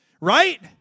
right